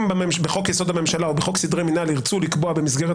אם בחוק יסוד: הממשלה או בחוק סדרי מינהל ירצו לקבוע במסגרת